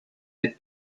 that